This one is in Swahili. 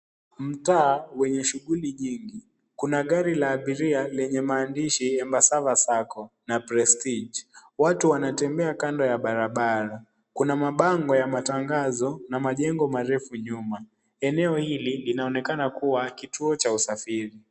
Mtaa wenye shughuli nyingi. Kuna gari la abiria lenye maandishi, embassava sacco, na, prestige. Watu wanatembea kando ya barabara. Kuna mabango ya matangazo na majengo marefu nyuma. Eneo hili linaonekana kuwa kituo cha usafiri.